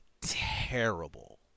terrible